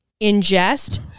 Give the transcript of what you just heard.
ingest